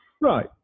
Right